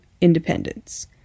independence